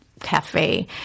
cafe